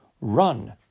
Run